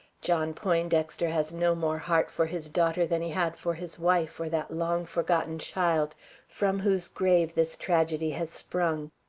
john poindexter has no more heart for his daughter than he had for his wife or that long-forgotten child from whose grave this tragedy has sprung.